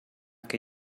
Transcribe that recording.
che